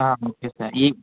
okay sir ఈ